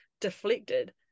deflected